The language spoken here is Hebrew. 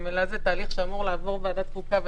ממילא זה תהליך שאמור לעבור לוועדת החוקה.